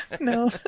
No